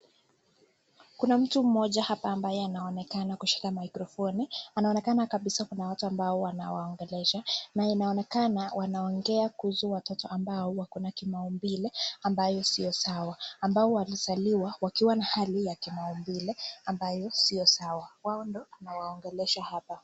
Kuna mtu mmoja hapa ambaye anaonekana kushika maikrofoni. Inaonekana kabisa kuna watu anao waongelesha. Inaonekana ni watu ambao wako na kimaumbile ambayo sio sawa ambao walizalia na wakiwa na hali ya kimaumbile ambayo sio sawa, wao ndio anawaongelesha hapa.